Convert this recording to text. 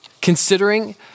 Considering